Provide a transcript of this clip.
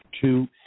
Two